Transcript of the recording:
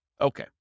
Okay